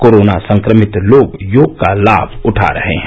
corona संक्रमित लोग योग का लाभ उठा रहे हैं